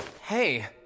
Hey